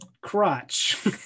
crotch